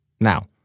Now